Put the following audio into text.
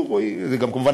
וכמובן,